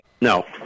No